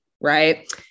right